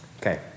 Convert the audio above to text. Okay